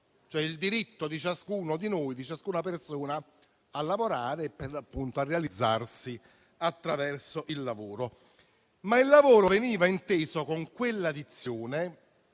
cioè il diritto di ciascuno di noi, di ciascuna persona, a lavorare e, per l'appunto, a realizzarsi attraverso il lavoro. Il lavoro veniva inteso con quella dizione